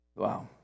Wow